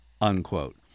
unquote